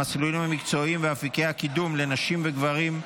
המסלולים המקצועיים ואופקי הקידום לנשים וגברים),